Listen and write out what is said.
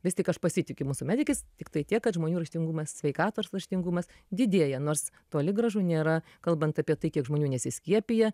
vis tik aš pasitikiu mūsų medikais tiktai tiek kad žmonių raštingumas sveikatos raštingumas didėja nors toli gražu nėra kalbant apie tai kiek žmonių nesiskiepija